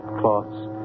cloths